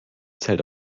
zählt